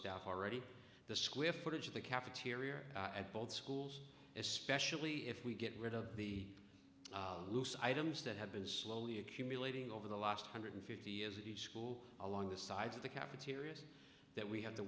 down already the square footage of the cafeteria at both schools especially if we get rid of the loose items that have been slowly accumulating over the last hundred fifty years of the school along the sides of the cafeterias that we have to